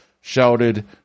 shouted